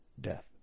death